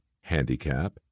handicap